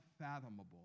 unfathomable